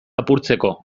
apurtzeko